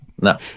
No